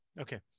Okay